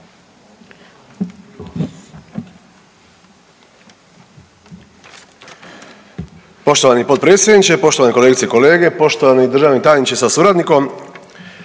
Poštovani potpredsjedniče, poštovane kolegice i kolege, poštovani državni tajniče sa suradnikom,